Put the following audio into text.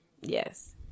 yes